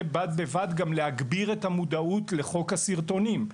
ובד בבד גם להגביר את המודעות לחוק הסרטונים.